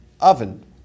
oven